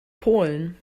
polen